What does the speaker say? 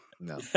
no